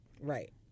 right